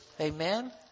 Amen